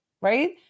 right